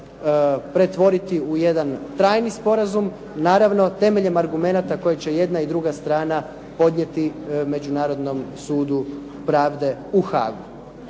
pretvoriti u jedan trajni sporazum naravno temeljem argumenata koje će jedna i druga strana podnijeti Međunarodnom sudu pravde u Haagu.